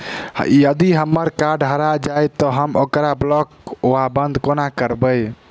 यदि हम्मर कार्ड हरा जाइत तऽ हम ओकरा ब्लॉक वा बंद कोना करेबै?